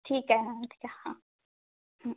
ठीक आहे ना ठीक आहे हां